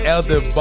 Elder